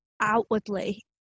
outwardly